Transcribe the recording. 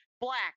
black